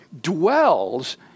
dwells